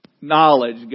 knowledge